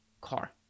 car